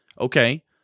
Okay